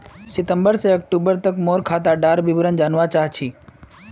सितंबर से अक्टूबर तक मोर खाता डार विवरण जानवा चाहची?